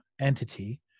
entity